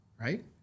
right